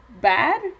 bad